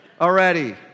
already